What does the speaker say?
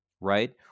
right